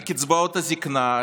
על קצבאות הזקנה,